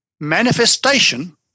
manifestation